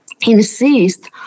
insist